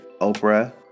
Oprah